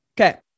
Okay